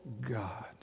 God